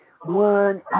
one